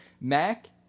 Mac